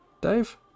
Dave